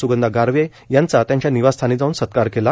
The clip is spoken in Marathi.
सुगंधा गारवे यांचा त्यांच्या निवासस्थानी जाऊन सत्कार केला